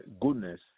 goodness